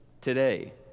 today